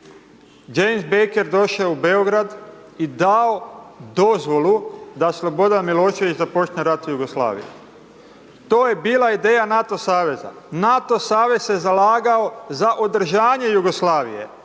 James Baker došao u Beograd i dao dozvolu da Slobodan Milošević započne rat s Jugoslavijom. To je bila ideja NATO saveza, NATO savez se zalagao za održanje Jugoslavije.